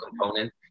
component